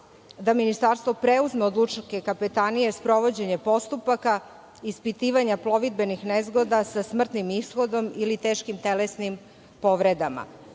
da Ministarstvo preuzme od Lučke kapetanije sprovođenje postupaka, ispitivanje plovidbenih nezgoda sa smrtnim ishodom ili teškim telesnim povredama.